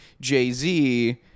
jay-z